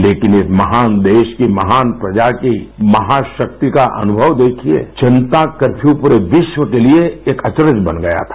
लेकिन इस महान देश की महान प्रजा की महाशक्ति का अनुभव देखिये जनता कर्फ्यू पूरे विश्व के लिए एक अचरज बन गया था